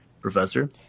professor